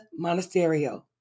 Monasterio